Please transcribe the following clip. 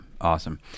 Awesome